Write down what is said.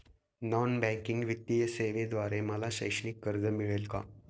Non banking वित्तीय सेवेद्वारे मला शैक्षणिक कर्ज मिळेल का?